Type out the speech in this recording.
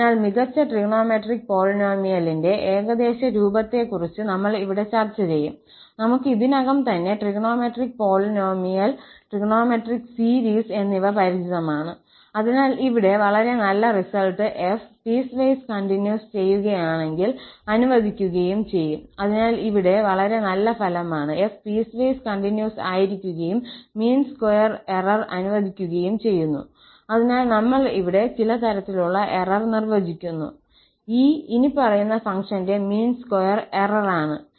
അതിനാൽ മികച്ച ട്രിഗണോമെട്രിക് പോളിനോമിയലിന്റെ ഏകദേശരൂപത്തെക്കുറിച്ച് നമ്മൾ ഇവിടെ ചർച്ച ചെയ്യും നമുക്ക് ഇതിനകം തന്നെ ട്രിഗണോമെട്രിക് പോളിനോമിയൽ ട്രിഗണോമെട്രിക് സീരീസ് എന്നിവ പരിചിതമാണ് അതിനാൽ ഇവിടെ വളരെ നല്ല റിസൾട്ട് 𝑓 പിഎസ്വൈസ് കോണ്ടിൻസ് ചെയ്യുകയാണെങ്കിൽ അനുവദിക്കുക ചെയ്യും അതിനാൽ ഇവിടെ വളരെ നല്ല ഫലമാണ് 𝑓 പീസ്വേസ് കണ്ടിന്യൂസ് ആയിരിക്കുകയും മീൻ സ്ക്വയർ എറർ അനുവദിക്കുകയും ചെയ്യുന്നു അതിനാൽ നമ്മൾ ഇവിടെ ചില തരത്തിലുള്ള എറർ നിർവ്വചിക്കുന്നു 𝐸 ഇനിപ്പറയുന്ന ഫങ്ക്ഷന്റെ മീൻ സ്ക്വയർ എറർ ആണ്